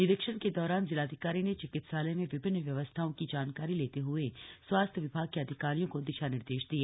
निरीक्षण के दौरान जिलाधिकारी ने चिकित्सालय में विभिन्न व्यवस्थाओं की जानकारी लेते हए स्वास्थ्य विभाग के अधिकारियों को दिशा निर्देश दिए